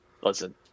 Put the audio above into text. listen